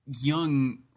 young